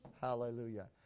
Hallelujah